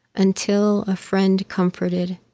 until a friend comforted,